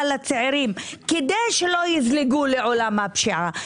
לצעירים כדי שלא יזלגו לעולם הפשיעה,